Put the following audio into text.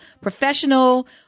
professional